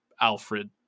Alfred